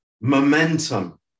momentum